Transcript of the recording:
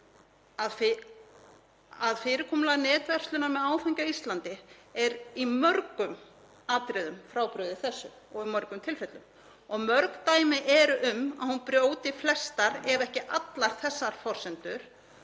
að fyrirkomulag netverslunar með áfengi á Íslandi er í mörgum atriðum frábrugðið þessu, og í mörgum tilfellum, og mörg dæmi eru um að hún brjóti flestar ef ekki allar þessar forsendur